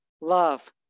love